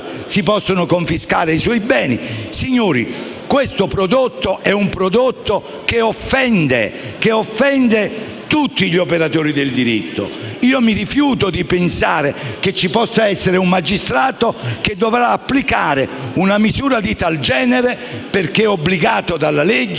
si possono confiscare i suoi beni. Signori, questo è un prodotto che offende tutti gli operatori del diritto. Io mi rifiuto di pensare che ci possa essere un magistrato che dovrà applicare una misura di tal genere, perché obbligato dalla legge